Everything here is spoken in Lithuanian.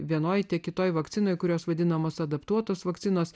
vienoje tiek kitoje vakcinoje kurios vadinamos adaptuotos vakcinos